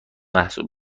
محسوب